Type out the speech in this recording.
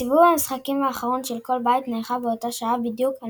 סיבוב המשחקים האחרון של כל בית נערך באותה שעה בדיוק על